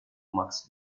max